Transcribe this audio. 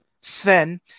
Sven